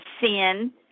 sin